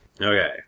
Okay